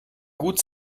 gut